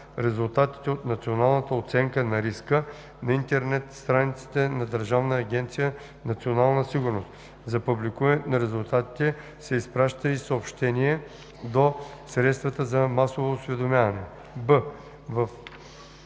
резултатите от националната оценка на риска на интернет страницата на Държавна агенция „Национална сигурност“. За публикуването на резултатите се изпраща и съобщение до средствата за масово осведомяване.“ б)